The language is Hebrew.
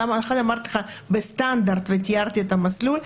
לכן אמרתי לך מה הסטנדרט ותיארתי את המסלול,